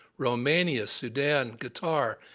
romania, sudan, qatar,